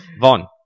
Vaughn